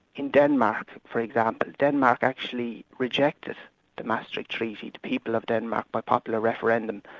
in denmark, for example, denmark actually rejected the maastricht treaty, the people of denmark, by popular referendum,